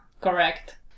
correct